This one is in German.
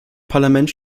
parlament